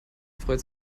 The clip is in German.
freut